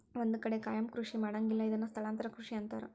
ಒಂದ ಕಡೆ ಕಾಯಮ ಕೃಷಿ ಮಾಡಂಗಿಲ್ಲಾ ಇದನ್ನ ಸ್ಥಳಾಂತರ ಕೃಷಿ ಅಂತಾರ